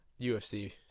UFC